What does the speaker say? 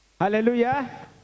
hallelujah